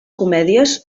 comèdies